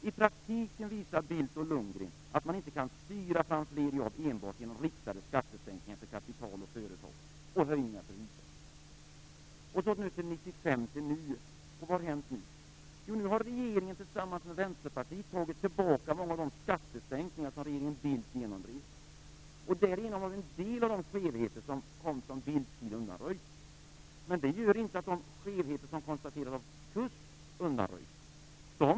I praktiken visade Bildt och Lundgren att man inte kan styra fram fler jobb enbart genom riktade skattesänkningar för kapital och företag och höjningar för hushåll. Så till 1995 - till nuet. Vad har hänt nu? Nu har regeringen tillsammans med Vänsterpartiet tagit tillbaka många av de skattesänkningar som regeringen Bildt genomdrev. Därigenom har en del av de skevheter som kom från Bildts tid undanröjts. Men det gör inte att de skevheter som konstaterats av KUSK undanröjts.